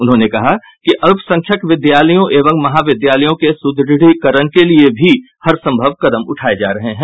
उन्होंने कहा कि अल्पसंख्यक विद्यालयों एवं महाविद्यालयों के सुद्रढ़ीकरण के लिए भी हरसंभव कदम उठाए जा रहे हैं